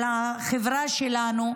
של החברה שלנו,